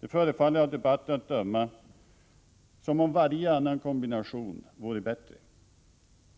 Det förefaller av debatten att döma som om varje annan kombination vore bättre.